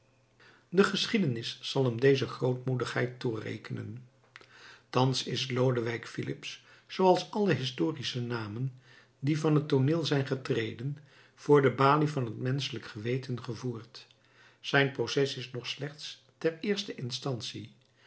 de geschiedenis zal hem deze grootmoedigheid toerekenen thans is lodewijk filips zooals alle historische mannen die van het tooneel zijn getreden voor de balie van het menschelijk geweten gevoerd zijn proces is nog slechts ter eerste instantie